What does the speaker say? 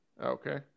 Okay